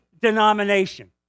denomination